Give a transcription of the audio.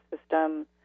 system